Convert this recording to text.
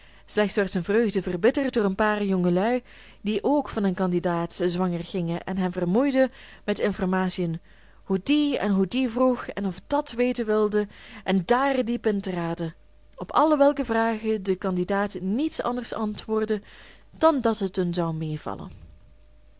slechts werd zijn vreugde verbitterd door een paar jongelui die ook van een candidaats zwanger gingen en hem vermoeiden met informatien hoe die en hoe die vroeg en of dat weten wilden en daar diep intraden op alle welke vragen de candidaat niets anders antwoordde dan dat het hun mee zou vallen